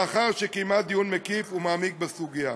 לאחר שקיימה דיון מקיף ומעמיק בסוגיה.